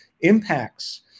impacts